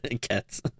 cats